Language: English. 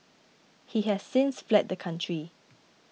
he has since fled the country